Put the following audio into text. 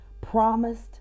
promised